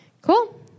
cool